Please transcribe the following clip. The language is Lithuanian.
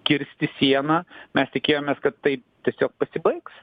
kirsti sieną mes tikėjomės kad tai tiesiog pasibaigs